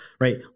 right